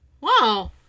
Wow